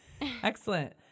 Excellent